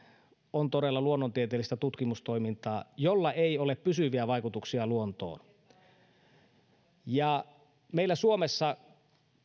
on todella luonnontieteellistä tutkimustoimintaa jolla ei ole pysyviä vaikutuksia luontoon meillä suomessa